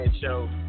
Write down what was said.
Show